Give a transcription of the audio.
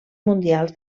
mundials